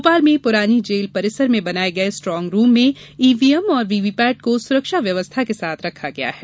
भोपाल में पुरानी जेल परिसर में बनाए गए स्ट्रांगरूम में ईवीएम और वीवीपेट को सुरक्षा व्यवस्था के साथ रखा गया है